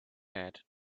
hat